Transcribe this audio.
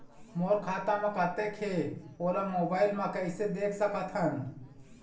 मोर खाता म कतेक हे ओला मोबाइल म कइसे देख सकत हन?